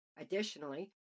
Additionally